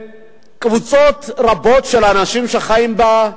וקבוצות רבות של אנשים שחיים בה,